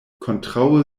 kontraŭe